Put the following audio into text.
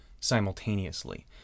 simultaneously